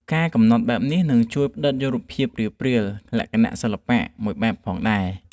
ការកំណត់បែបនេះនឹងជួយផ្តិតយករូបភាពព្រាលៗ លក្ខណៈសិល្បៈ មួយបែបផងដែរ។